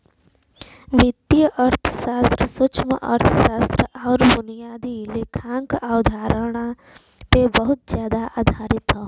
वित्तीय अर्थशास्त्र सूक्ष्मअर्थशास्त्र आउर बुनियादी लेखांकन अवधारणा पे बहुत जादा आधारित हौ